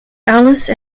alice